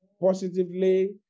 positively